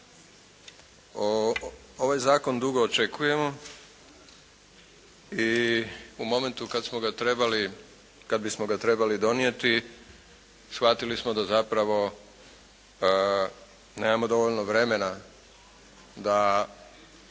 ovaj zakon dugo očekujemo i u momentu kad smo ga trebali, kad bismo ga trebali donijeti shvatili smo da zapravo nemamo dovoljno vremena da